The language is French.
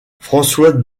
françois